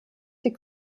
die